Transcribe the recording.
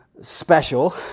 special